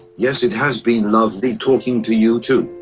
yes, it has been lovely talking to you too.